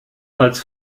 als